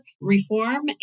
reform